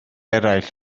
eraill